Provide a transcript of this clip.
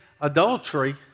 adultery